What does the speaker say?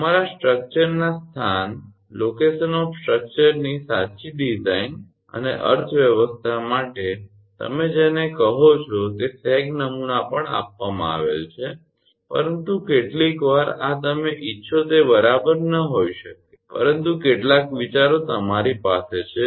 તમારા સ્ટૃકચરના સ્થાનની સાચી ડિઝાઇન અને અર્થવ્યવસ્થા માટે તમે જેને કહો છો તે સેગ નમૂના પણ આપવામાં આવેલ છે પરંતુ કેટલીકવાર આ તમે ઇચ્છો તે બરાબર ન હોઈ શકે પરંતુ કેટલાક વિચારો તમારી પાસે છે